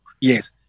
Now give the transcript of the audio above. yes